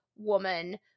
woman